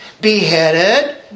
beheaded